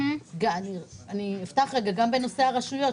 גם בנושא הרשויות,